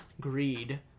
Greed